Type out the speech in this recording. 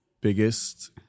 biggest